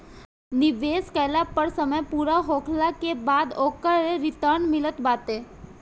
निवेश कईला पअ समय पूरा होखला के बाद ओकर रिटर्न मिलत बाटे